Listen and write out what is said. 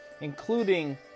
including